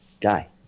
die